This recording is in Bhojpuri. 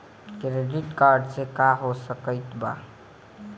क्रेडिट कार्ड से का हो सकइत बा?